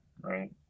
right